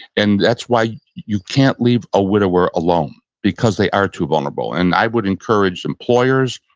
and that's why you can't leave a widower alone because they are too vulnerable and i would encourage employers,